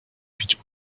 bić